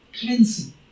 cleansing